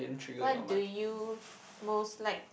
what do you most like